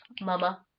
mama